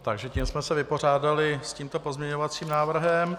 Takže tím jsme se vypořádali s tímto pozměňovacím návrhem.